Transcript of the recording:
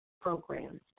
programs